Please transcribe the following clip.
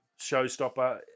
showstopper